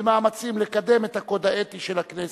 במאמצים לקדם את הקוד האתי של הכנסת,